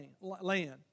land